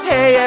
Hey